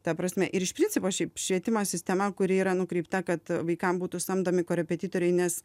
ta prasme ir iš principo šiaip švietimo sistema kuri yra nukreipta kad vaikam būtų samdomi korepetitoriai nes